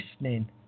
listening